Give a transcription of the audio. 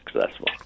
successful